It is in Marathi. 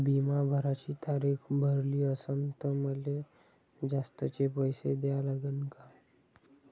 बिमा भराची तारीख भरली असनं त मले जास्तचे पैसे द्या लागन का?